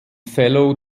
fellow